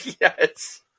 Yes